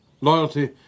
Loyalty